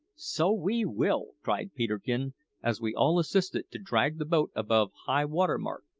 so we will! cried peterkin as we all assisted to drag the boat above high-water mark.